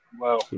Wow